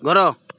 ଘର